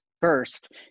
First